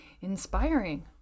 inspiring